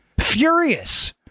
Furious